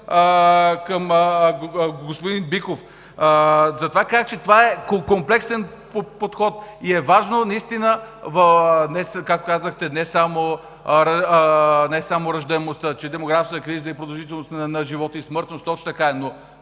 Към господин Биков. Затова казах, че това е комплексен подход. Важна, както казахте, е не само раждаемостта, а и че демографската криза е продължителност на живота и смъртност. Точно така е.